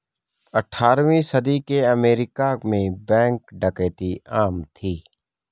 अठारहवीं सदी के अमेरिका में बैंक डकैती आम थी